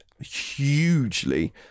hugely